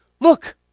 Look